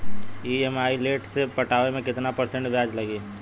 EMI late से पटावे पर कितना परसेंट ब्याज लगी?